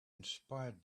inspired